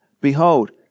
behold